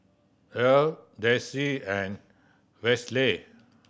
Earl Desi and Westley